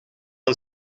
een